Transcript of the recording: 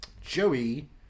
Joey